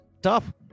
tough